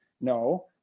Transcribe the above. No